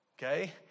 okay